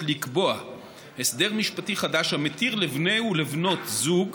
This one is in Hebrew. לקבוע הסדר משפטי חדש המתיר לבני ולבנות זוג